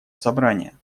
собрания